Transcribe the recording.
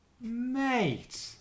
Mate